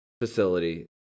facility